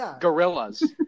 gorillas